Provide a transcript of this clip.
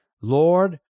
Lord